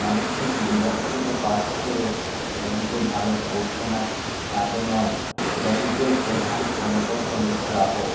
মানসিক বিভাগ থেকে পাশ করে ব্যাঙ্কে ভালো করছে না তা তো নয় ব্যাঙ্কের প্রধান সম্পদ হলো গ্রাহক